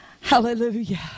Hallelujah